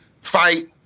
fight